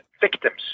victims